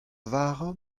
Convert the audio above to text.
vara